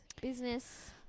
business